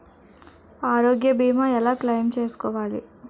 ఆరోగ్య భీమా ఎలా క్లైమ్ చేసుకోవాలి?